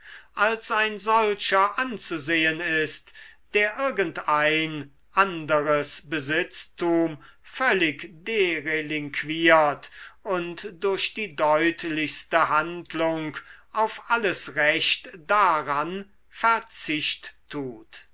als ein solcher anzusehen ist der irgendein anderes besitztum völlig derelinquiert und durch die deutlichste handlung auf alles recht daran verzicht tut